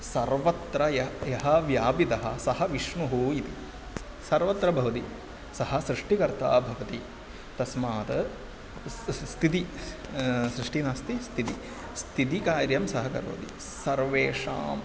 सर्वत्र यः यः व्यापिदः सः विष्णुः इति सर्वत्र भवदि सः सृष्टिकर्ता भवति तस्मात् स्थितिः सृष्टिः नास्ति स्थितिः स्थितिः कार्यं सः करोति सर्वेषाम्